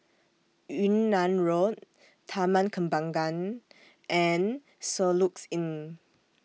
Yunnan Road Taman Kembangan and Soluxe Inn